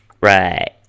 Right